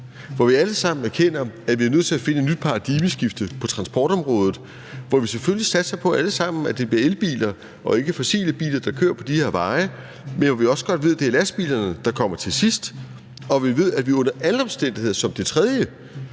hvor vi alle sammen erkender, at vi er nødt til at finde et nyt paradigme på transportområdet, hvor vi selvfølgelig satser på, alle sammen, at det bliver elbiler og ikke fossile biler, der kører på de her veje, men at vi også godt ved, at det er lastbilerne, der kommer til sidst. Og hvor vi ved, at vi under alle omstændigheder derudover